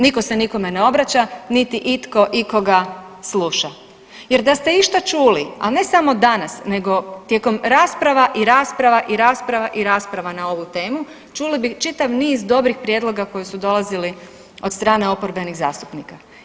Nitko se nikome ne obraća niti itko ikoga sluša jer da ste išta čuli, a ne samo danas, nego tijekom rasprava i rasprava i rasprava i rasprava na ovu temu, čuli bi čitav niz dobrih prijedloga koji su dolazili od strane oporbenih zastupnika.